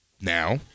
now